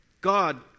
God